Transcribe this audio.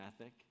ethic